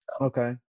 Okay